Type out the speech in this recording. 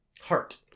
heart